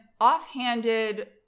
offhanded